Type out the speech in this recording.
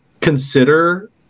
consider